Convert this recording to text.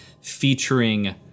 featuring